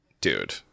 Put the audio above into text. dude